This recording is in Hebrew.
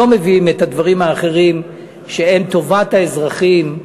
לא מביאים את הדברים האחרים שהם טובת האזרחים,